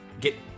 get